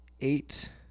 eight